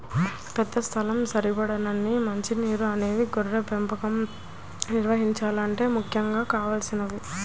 పెద్ద స్థలం, సరిపడినన్ని మంచి నీరు అనేవి గొర్రెల పెంపకం నిర్వహించాలంటే ముఖ్యంగా కావలసినవి